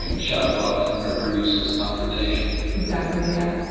and shadow-boxing or or useless confrontation. exactly, yeah.